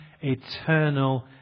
eternal